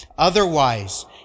Otherwise